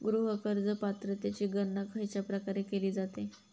गृह कर्ज पात्रतेची गणना खयच्या प्रकारे केली जाते?